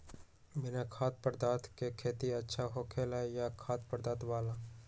बिना खाद्य पदार्थ के खेती अच्छा होखेला या खाद्य पदार्थ वाला?